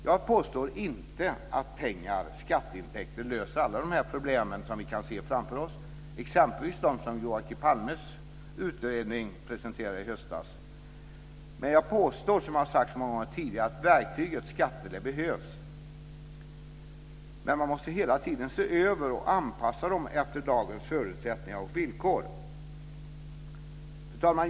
Jag påstår inte att skatteintäkter löser alla de problem som vi kan se framför oss, t.ex. inte de som Joakim Palmes utredning presenterade i höstas. Men jag påstår att verktyget skatter behövs. Men de måste hela tiden ses över och anpassas efter dagens förutsättningar och villkor. Fru talman!